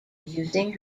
using